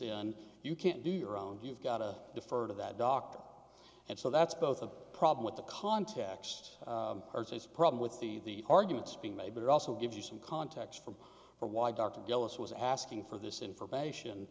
in you can't do your own you've got to defer to that doctor and so that's both a problem with the context problem with the arguments being made but it also gives you some context from for why dr ellis was asking for this information